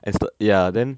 as the ya then